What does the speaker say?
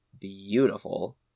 beautiful